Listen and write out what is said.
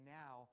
now